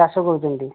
ଚାଷ କରୁଛନ୍ତି